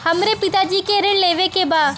हमरे पिता जी के ऋण लेवे के बा?